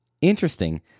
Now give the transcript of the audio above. Interesting